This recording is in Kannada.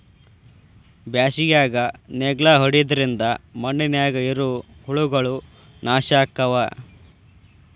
ಬ್ಯಾಸಿಗ್ಯಾಗ ನೇಗ್ಲಾ ಹೊಡಿದ್ರಿಂದ ಮಣ್ಣಿನ್ಯಾಗ ಇರು ಹುಳಗಳು ನಾಶ ಅಕ್ಕಾವ್